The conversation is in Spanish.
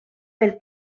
del